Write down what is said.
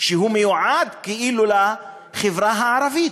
שמיועד כאילו לחברה הערבית.